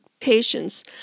patients